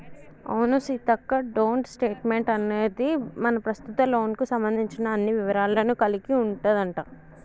అవును సీతక్క డోంట్ స్టేట్మెంట్ అనేది మన ప్రస్తుత లోన్ కు సంబంధించిన అన్ని వివరాలను కలిగి ఉంటదంట